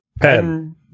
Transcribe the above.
pen